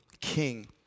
king